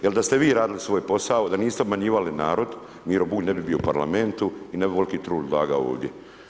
Jer da ste vi radili svoj posao, da niste obmanjivali narod Miro Bulj ne bi bio u Parlamentu i ne bi ovoliki trud ulagao ovdje.